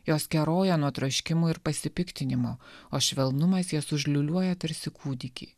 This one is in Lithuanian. jos keroja nuo troškimų ir pasipiktinimo o švelnumas jas užliūliuoja tarsi kūdikį